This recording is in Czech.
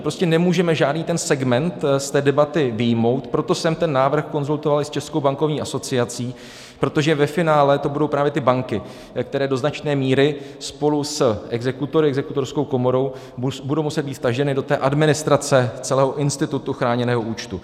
My prostě nemůžeme žádný segment z té debaty vyjmout, proto jsem ten návrh konzultoval i s Českou bankovní asociací, protože ve finále to budou právě ty banky, které do značné míry spolu s exekutory, exekutorskou komorou budou muset být vtaženy do té administrace celého institutu chráněného účtu.